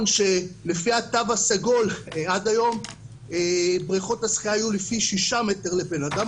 שלפי התו הסגול עד היום בריכות השחייה היו לפי 6 מטר לבנאדם,